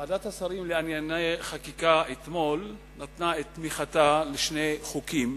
ועדת השרים לענייני חקיקה אתמול נתנה את תמיכתה לשני חוקים